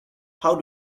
how